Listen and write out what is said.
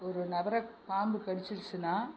ஒரு நபரை பாம்பு கடிச்சிடுச்சின்னா